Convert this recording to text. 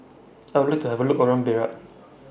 I Would like to Have A Look around Beirut